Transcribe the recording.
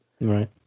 Right